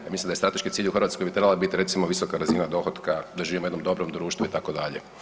Ja mislim da strateški cilj u Hrvatskoj bi trebala bit recimo visoka razina dohotka, da živimo u jednom dobrom društvo itd.